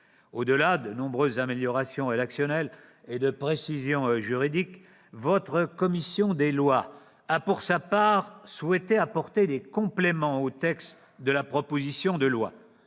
Au-delà de nombreuses améliorations rédactionnelles et de précisions juridiques, votre commission des lois a, pour sa part, souhaité apporter des compléments au texte de cette proposition de loi.